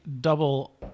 double